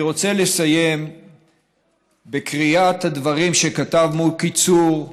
אני רוצה לסיים בקריאת הדברים שכתב מוקי צור,